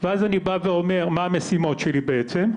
ואז אני בא ואומר מה המשימות שלי בעצם,